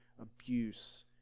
abuse